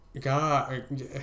God